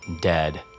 dead